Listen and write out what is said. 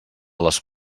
les